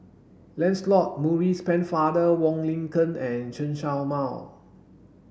Lancelot Maurice Pennefather Wong Lin Ken and Chen Show Mao